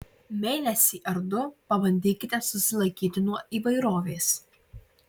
mėnesį ar du pabandykite susilaikyti nuo įvairovės